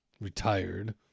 retired